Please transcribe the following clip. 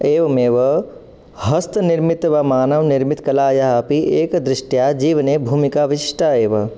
एवमेव हस्तनिर्मिता वा मानवनिर्मितकलायाः अपि एकदृष्ट्या जीवने भूमिका विशिष्टा एव